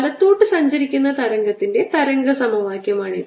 വലത്തോട്ട് സഞ്ചരിക്കുന്ന തരംഗത്തിന്റെ തരംഗ സമവാക്യമാണിത്